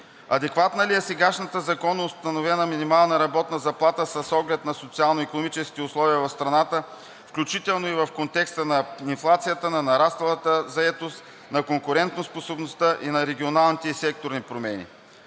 Адекватна ли е сегашната законоустановена минимална работна заплата с оглед социално-икономическите условия в страната, включително в контекста на инфлацията, на нарасналата заетост, на конкурентоспособността и на регионалните и секторните промени?